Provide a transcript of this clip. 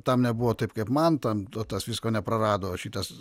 tam nebuvo taip kaip man tam o tas visko neprarado o šitas